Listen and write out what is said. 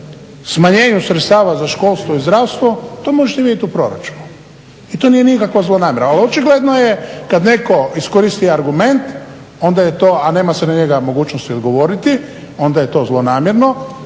smanjenju sredstava za školstvo i zdravstvo, to možete vidjeti u proračunu i to nije nikakva zlonamjera. Ali očigledno je kada netko iskoristi argument onda je to a nema se na njega mogućnosti odgovoriti onda je to zlonamjerno,